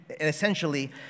essentially